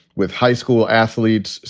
with high school athletes.